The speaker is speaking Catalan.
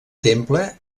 temple